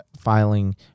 filing